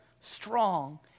strong